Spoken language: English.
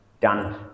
Done